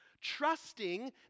trusting